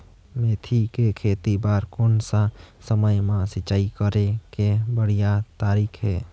मेथी के खेती बार कोन सा समय मां सिंचाई करे के बढ़िया तारीक हे?